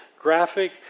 graphic